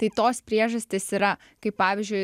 tai tos priežastys yra kaip pavyzdžiui